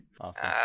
Awesome